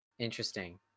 Interesting